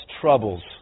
troubles